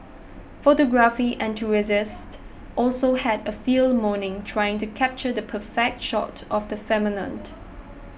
photography enthusiasts also had a field morning trying to capture the perfect shot of the